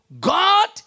God